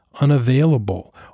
Unavailable